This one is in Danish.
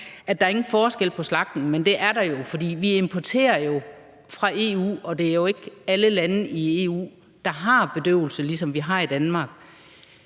at der ingen forskel er på slagtning – men det er der jo. For vi importerer fra EU, og det er jo ikke alle lande i EU, der har bedøvelse, ligesom vi har i Danmark.